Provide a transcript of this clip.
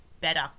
Better